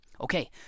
Okay